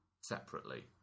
separately